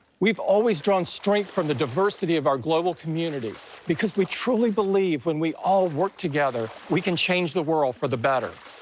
we've always drawn strength from the diversity of our global community because we truly believe when we all work together, we can change the world for the better.